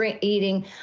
eating